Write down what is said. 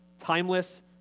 timeless